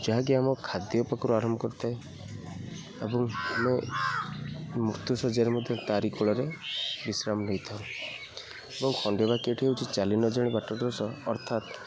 ଯାହାକି ଆମ ଖାଦ୍ୟ ପାଖରୁ ଆରମ୍ଭ କରିଥାଏ ଏବଂ ଆମେ ମୃତ୍ୟୁଶଯ୍ୟାରେ ମଧ୍ୟ ତାରି କୋଳରେ ବିଶ୍ରାମ ନେଇଥାଉ ଏବଂ ଖଣ୍ଡି ବାକ୍ୟଟି ହେଉଛି ଚାଲି ନ ଜାଣି ବାଟର ଦୋଷ ଅର୍ଥାତ୍